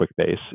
QuickBase